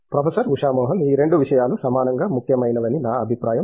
professor Usha Mohan ఈ రెండు విషయాలు సమానంగా ముఖ్యమైనవి అని నా అభిప్రాయం